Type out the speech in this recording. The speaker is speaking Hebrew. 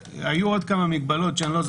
היו עוד כמה מגבלות שאני לא זוכר אותן.